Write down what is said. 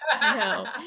no